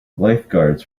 lifeguards